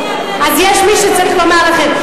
אז יש מי שצריך לומר לכם.